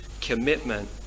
commitment